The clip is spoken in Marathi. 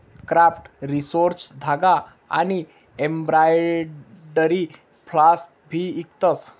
क्राफ्ट रिसोर्सेज धागा आनी एम्ब्रॉयडरी फ्लॉस भी इकतस